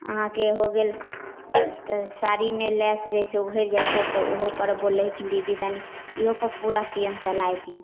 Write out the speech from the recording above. अहाँके हो गेल तऽ साड़ीमे लेश जइसे उघरि जाइ छै तऽ ओहोपर बोलै हकिन दीदी तनि इहोपर पूरा सिलाइन चलाइ दिऔ